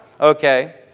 Okay